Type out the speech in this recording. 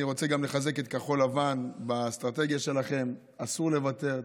אני רוצה גם לחזק את כחול לבן באסטרטגיה שלכם: אסור לוותר,